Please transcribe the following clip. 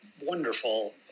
wonderful